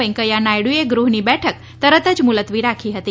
વેકૈંથા નાયડુએ ગૃહની બેઠક તરત જ મુલતવી રાખી હતી